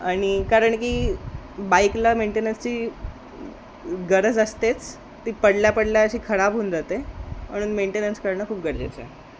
आणि कारण की बाईकला मेंटेन्सची गरज असतेच ती पडल्या पडल्या अशी खराब होऊन जाते म्हणून मेंटेनन्स करणं खूप गरजेचं आहे